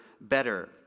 better